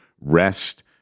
rest